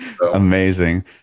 Amazing